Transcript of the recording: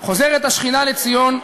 חוזרת השכינה לציון,